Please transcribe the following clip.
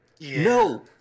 No